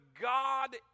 God